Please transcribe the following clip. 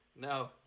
No